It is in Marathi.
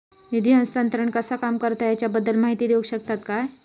निधी हस्तांतरण कसा काम करता ह्याच्या बद्दल माहिती दिउक शकतात काय?